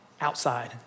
outside